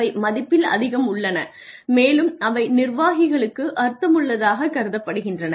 அவை மதிப்பில் அதிகம் உள்ளன மேலும் அவை நிர்வாகிகளுக்கு மிகவும் அர்த்தமுள்ளதாகக் கருதப்படுகின்றன